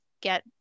get